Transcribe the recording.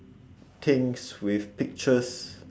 things with pictures